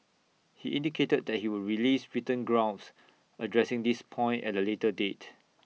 he indicated that he would release written grounds addressing this point at A later date